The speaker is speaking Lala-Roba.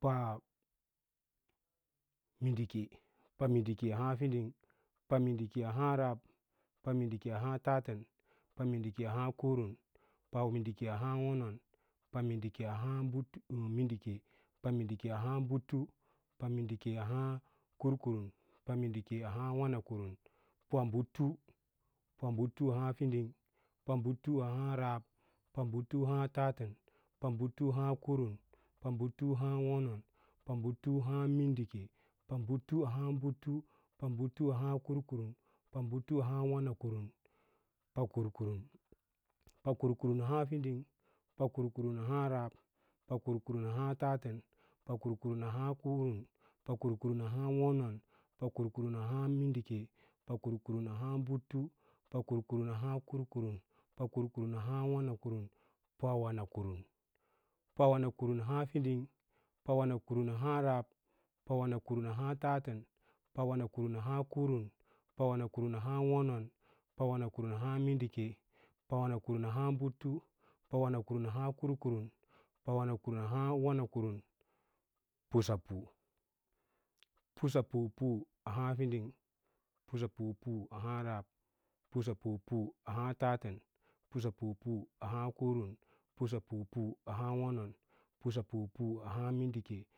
Pamíndike pamíndike ahaã fiding pamindike a hǎǎ rab, pamindike a hǎǎ tatən, pamindike a hǎǎ kurun, pamindike a hǎǎ wonon, pamindike a hǎǎ mindike, pamindike a hǎǎ butu, pamindike a hǎǎ kurkurum pamindike a hǎǎ wana kurun, pabutu, pabutu ahǎǎ fiding, pabutu ahǎǎ rab, pabutu ahǎǎ tatən, pabutu ahǎǎ kurum, pabutu ahǎǎ wonon, pabutu ahǎǎ mindike, pabutu ahǎǎ butu, pabutu ahǎǎ kurukurum, pabutu ahǎǎ wanakurun. Pakaukurun, pakurkurum ahǎǎ fiding pakurkurum ahǎǎ rab, pakurkurum ahǎǎ tatən pakurkurum ahǎǎ kurun pakurkurum ahǎǎ wonon, pakurkurum ahǎǎ mindike pakurkurum ahǎǎ butu, pakurkurum ahǎǎ kurkurum, pawanakurum, pawanakurum ahǎǎ fiding, pawanakurum ahǎǎ rab, pawanakurum ahǎǎ tatən, pawanakurum ahǎǎ kurkurn pawanakurum ahǎǎ wonon pawanakurum ahǎǎ mindike, pawanakurum ahǎǎ butu, pawanakurum ahǎǎ kurkurun pawanakurum ahǎǎ wonan pusapu, pusapu pu ahǎǎ fiding, pusapu pu ahǎǎ rab, pusapu pu ahǎǎ tatən pusapu pu ahǎǎ kurum, pusapu pu ahǎǎ wonon pusapu pu ahǎǎ mindike.